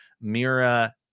Mira